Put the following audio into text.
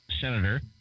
senator